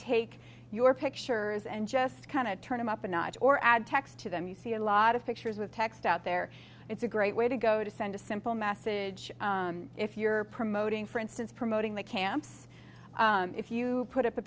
take your pictures and just kind of turn it up a notch or add text to them you see a lot of pictures with text out there it's a great way to go to send a simple message if you're promoting for instance promoting the camps if you put up a